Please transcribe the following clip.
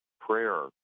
prayer